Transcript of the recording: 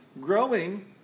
growing